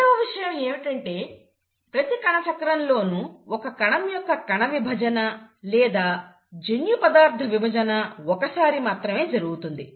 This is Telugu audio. రెండవ విషయం ఏమిటంటే ప్రతి కణచక్రం లోనూ ఒక కణం యొక్క కణవిభజన లేదా జన్యుపదార్థ విభజన ఒకసారి మాత్రమే జరుగుతుంది